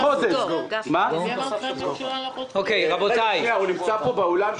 הוא נמצא פה באולם?